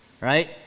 right